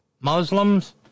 Muslims